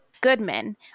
Goodman